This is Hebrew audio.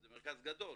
שזה מרכז גדול,